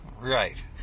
Right